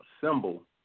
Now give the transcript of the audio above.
symbol